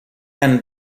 and